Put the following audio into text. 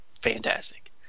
fantastic